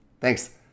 Thanks